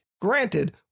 Granted